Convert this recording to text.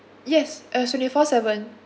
yes uh twenty four seven